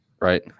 right